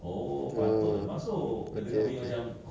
oh okay